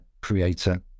creator